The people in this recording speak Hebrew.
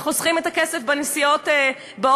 וחוסכים את הכסף של הנסיעות באוטובוס,